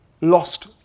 lost